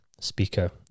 speaker